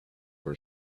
for